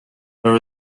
there